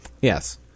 Yes